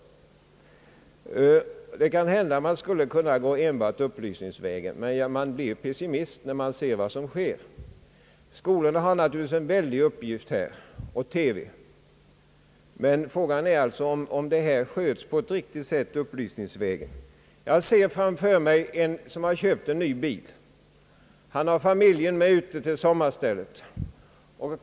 Det kan hända att enbart upplysningsvägen skulle vara framkomlig — men man blir pessimist när man ser vad som sker. Skolorna och TV har naturligtvis en väldig uppgift här, men jag frågar mig som sagt om problemet verkligen kan lösas upplysningsvägen. Jag tänker t.ex. på en familj som har köpt ny bil och är på väg ut till sitt sommarställe.